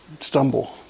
stumble